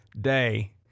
Day